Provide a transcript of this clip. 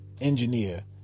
engineer